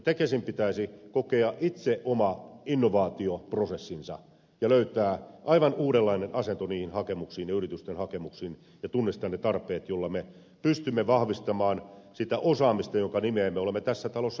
tekesin pitäisi kokea itse oma innovaatioprosessinsa ja löytää aivan uudenlainen asento niihin hakemuksiin ja yritysten hakemuksiin ja tunnistaa ne tarpeet joilla me pystymme vahvistamaan sitä osaamista jonka nimeen me olemme tässä talossa vuosikausia vannoneet